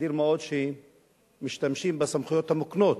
נדיר מאוד שמשתמשים בסמכויות המוקנות